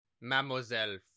Mademoiselle